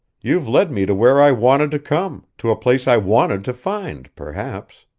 you've led me to where i wanted to come, to a place i wanted to find, perhaps.